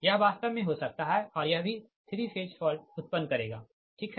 यह वास्तव में हो सकता है और यह भी 3 फेज फॉल्ट उत्पन्न करेगा ठीक है